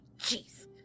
Jeez